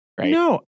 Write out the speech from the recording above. No